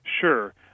Sure